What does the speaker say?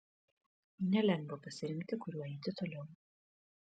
nelengva pasirinkti kuriuo eiti toliau